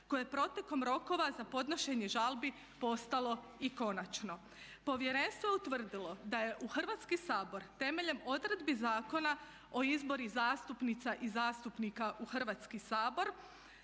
koje je protekom rokova za podnošenje žalbi postalo i konačno. Povjerenstvo je utvrdilo da je u Hrvatski sabor temeljem odredbi Zakona o izboru zastupnica i zastupnika u Hrvatski sabor